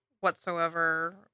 whatsoever